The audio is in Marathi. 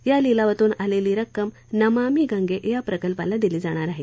या लिलावातून आलेली रक्कम नमामि गंगे या प्रकल्पाला दिली जाणार आहे